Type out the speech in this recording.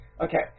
Okay